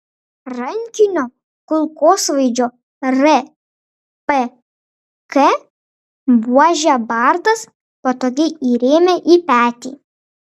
rankinio kulkosvaidžio rpk buožę bartas patogiai įrėmė į petį